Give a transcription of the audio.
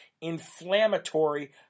inflammatory